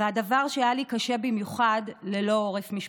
והדבר שהיה לי קשה במיוחד, ללא עורף משפחתי.